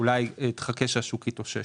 אולי תחכה שהשוק יתאושש.